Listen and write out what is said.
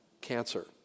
Cancer